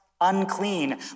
unclean